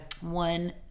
one